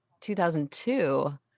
2002